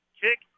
kick